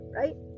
right